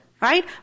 right